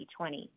2020